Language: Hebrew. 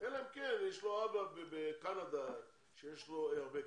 אלא אם כן יש לו אבא בקנדה שיש לו הרבה כסף.